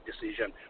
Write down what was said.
decision